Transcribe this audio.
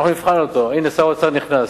הנה שר האוצר נכנס.